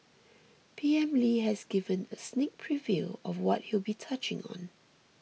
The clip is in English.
P M Lee has given a sneak preview of what he'll be touching on